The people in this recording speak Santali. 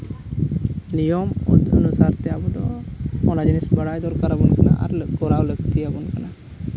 ᱱᱤᱭᱚᱢ ᱚᱱᱩᱥᱟᱨ ᱛᱮ ᱟᱵᱚ ᱫᱚ ᱚᱱᱟ ᱡᱤᱱᱤᱥ ᱵᱟᱲᱟᱭ ᱫᱚᱨᱠᱟᱨ ᱟᱵᱚᱱ ᱠᱟᱱᱟ ᱟᱨ ᱠᱚᱨᱟᱣ ᱞᱟᱹᱠᱛᱤᱭᱟᱵᱚᱱ ᱠᱟᱱᱟ